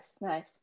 nice